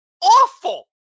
awful